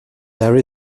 there